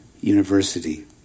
University